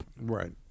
Right